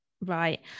right